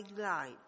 light